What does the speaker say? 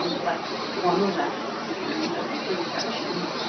but on the left is a series of different sections,